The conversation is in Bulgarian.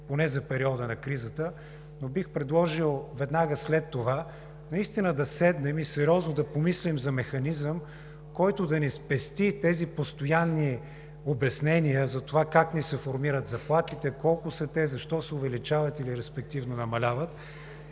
поне за периода на кризата. Но бих предложил веднага след това сериозно да помислим за механизъм, който да ни спести тези постоянни обяснения как ни се формират заплатите, колко са те, защо се увеличават или респективно намаляват